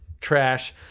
trash